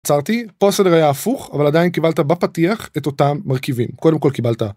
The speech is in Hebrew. עצרתי, פה הסדר היה הפוך אבל עדיין קיבלת בפתיח את אותם מרכיבים, קודם כל קיבלת.